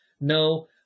no